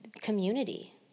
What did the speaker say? community